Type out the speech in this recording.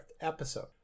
episode